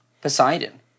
Poseidon